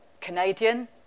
Canadian